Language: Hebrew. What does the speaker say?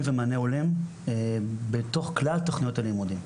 ומענה הולם בתוך כלל תוכניות הלימודים.